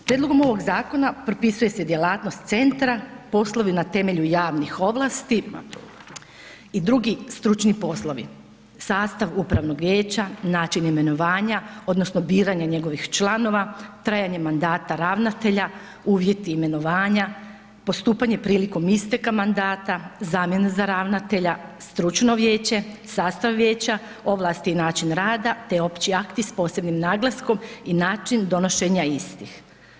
Prijedlogom ovog zakona propisuje se djelatnost centra, poslovi na temelju javnih ovlasti i drugi stručni poslovi, sastav upravnog vijeća, način imenovanja odnosno biranja njegovih članova, trajanje mandata ravnatelja, uvjeti imenovanja, postupanje prilikom isteka mandata, zamjena za ravnatelja, stručno vijeće, sastav vijeća, ovlasti i način rada te opći akti s posebnim naglaskom i način donošenja istih.